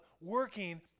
working